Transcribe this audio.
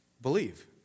believe